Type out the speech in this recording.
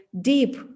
deep